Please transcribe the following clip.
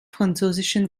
französischen